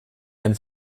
einen